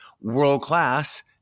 world-class